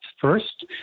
first